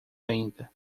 ainda